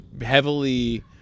heavily